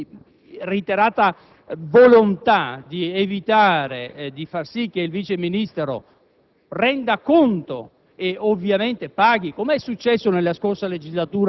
continua, reiterata volontà di evitare di far sì che il Vice ministro